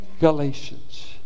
Galatians